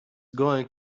going